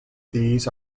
these